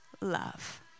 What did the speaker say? love